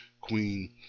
Queen